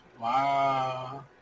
Wow